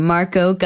Marco